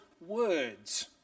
words